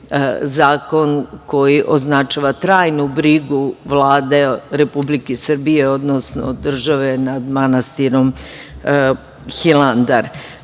koji označava trajnu brigu Vlade Republike Srbije, odnosno države nad manastirom Hilandar. Poštovani